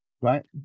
right